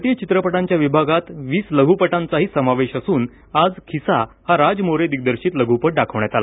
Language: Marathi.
भारतीय चित्रपटांच्या विभागात वीस लघु चित्रपटांचाही समावेश असून आज खिसा हा राज मोरे दिग्दर्शित लघुपट दाखवण्यात आला